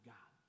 God